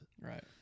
Right